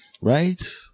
Right